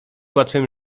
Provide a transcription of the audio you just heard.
łatwym